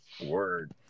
Word